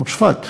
כמו צפת.